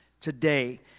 today